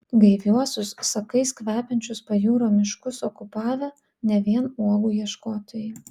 gaiviuosius sakais kvepiančius pajūrio miškus okupavę ne vien uogų ieškotojai